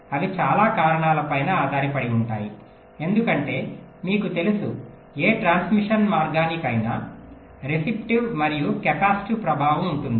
అవి చాలా కారణాల పైన ఆధారపడి ఉంటాయి ఎందుకంటే మీకు తెలుసు ఏ ట్రాన్స్మిషన్ మార్గానికైనా రెసిస్టివ్ మరియు కెపాసిటివ్ ప్రభావం ఉంటుంది